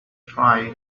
try